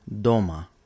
Doma